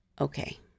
okay